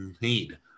need